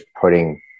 putting